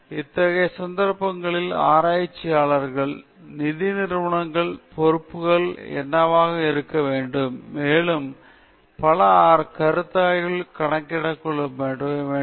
எனவே இத்தகைய சந்தர்ப்பங்களில் ஆராய்ச்சியாளர்கள் நிதி நிறுவனங்களின் பொறுப்புகள் என்னவாக இருக்க வேண்டும் மேலும் பல கருத்தாய்வுகளும் கணக்கில் எடுத்துக்கொள்ளப்பட வேண்டும்